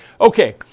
Okay